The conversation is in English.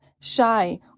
shy